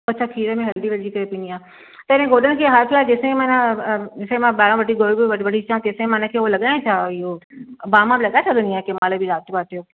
अछा खीर में हल्दी विझी करे पीनी आहे पहिरीं गोॾनि खे हाल फिल्हाल जेसिताईं माना जेसिताईं मां ॿाहिरां मटी गोलु गोलु अचां तेसिताईं मां हिन खे हो लॻायां छा इहो बाम लॻाए सघंदी आहियां कंहिं महिल बि राति वाति जो